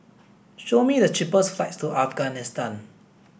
show me the cheapest flights to Afghanistan